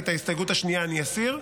כי את ההסתייגות השנייה אני אסיר,